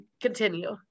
continue